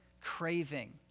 craving